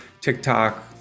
TikTok